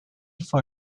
for